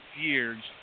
years